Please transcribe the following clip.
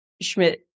schmidt